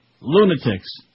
Lunatics